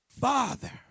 Father